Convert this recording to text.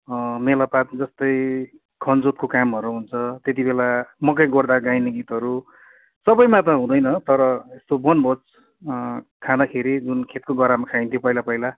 मेलापात जस्तै खनजोतको कामहरू हुन्छ त्यति बेला मकै गोड्दा गाइने गीतहरू सबैमा त हुँदैन तर यस्तो वनभोज खाँदाखेरि जुन खेतको गरामा खाइन्थ्यो पहिला पहिला